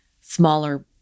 smaller